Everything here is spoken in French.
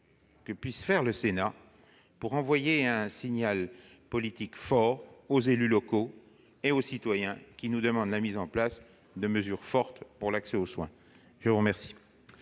que puisse faire le Sénat pour adresser un signal politique fort aux élus locaux et aux citoyens, qui nous demandent la mise en place de mesures ambitieuses pour l'accès aux soins. La parole